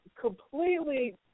completely